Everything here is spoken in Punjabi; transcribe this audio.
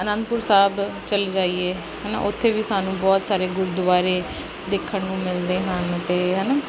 ਅਨੰਦਪੁਰ ਸਾਹਿਬ ਚਲੇ ਜਾਈਏ ਹੈ ਨਾ ਉੱਥੇ ਵੀ ਸਾਨੂੰ ਬਹੁਤ ਸਾਰੇ ਗੁਰਦੁਆਰੇ ਦੇਖਣ ਨੂੰ ਮਿਲਦੇ ਹਨ ਅਤੇ ਹੈ ਨਾ